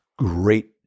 great